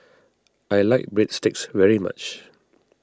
I like Breadsticks very much